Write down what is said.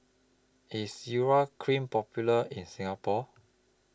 IS Urea Cream Popular in Singapore